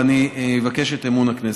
ואני אבקש את אמון הכנסת.